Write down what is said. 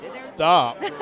Stop